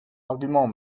argument